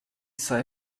sei